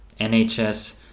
NHS